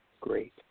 Great